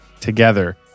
together